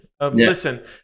Listen